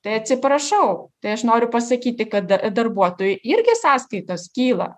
tai atsiprašau tai aš noriu pasakyti kad darbuotojui irgi sąskaitos kyla